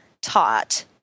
taught